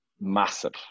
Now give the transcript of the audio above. massive